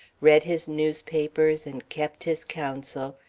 read his newspapers and kept his counsel,